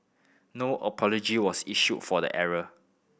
no apology was issued for the error